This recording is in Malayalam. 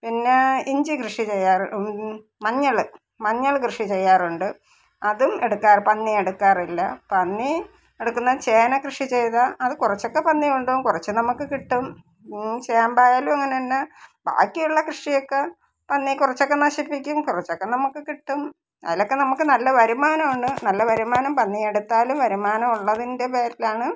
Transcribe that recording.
പിന്നെ ഇഞ്ചി കൃഷി ചെയ്യാറുണ്ടു മഞ്ഞൾ മഞ്ഞൾ കൃഷി ചെയ്യാറുണ്ട് അതും എടുക്കാറ് പന്നി എടുക്കാറില്ല പന്നി എടുക്കുന്നേൽ ചേന കൃഷി ചെയ്താൽ അത് കുറച്ചൊക്കെ പന്നി കൊണ്ടുപോകും കുറച്ച് നമുക്ക് കിട്ടും ചേമ്പായാലും അങ്ങനെ തന്നെ ബാക്കിയുള്ള കൃഷിയൊക്കെ പന്നി കുറച്ചൊക്കെ നശിപ്പിക്കും കുറച്ചൊക്കെ നമുക്ക് കിട്ടും അതിലൊക്കെ നമുക്ക് നല്ല വരുമാനമാണ് നല്ല വരുമാനം പന്നി എട്ത്താലും വരുമാനം ഉള്ളതിന്റെ പേരിലാണ്